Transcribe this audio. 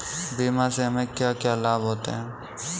बीमा से हमे क्या क्या लाभ होते हैं?